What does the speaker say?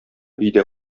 өйдә